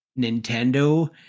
Nintendo